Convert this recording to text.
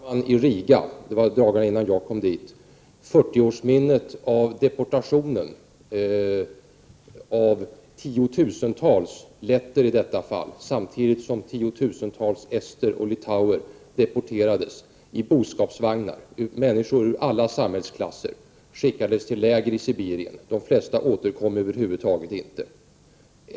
Herr talman! De sista dagarna i mars och de första dagarna i april högtidlighöll man i Riga — det var dagarna innan jag kom dit — 40-årsminnet av hur tiotusentals letter deporterades i boskapsvagnar, samtidigt med deportationen av tiotusentals ester och litauer. Människor ur alla samhällsklasser skickades till läger i Sibirien. De flesta återkom inte.